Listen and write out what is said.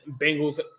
Bengals